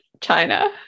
china